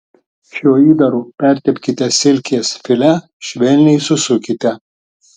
šiuo įdaru pertepkite silkės filė švelniai susukite